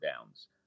downs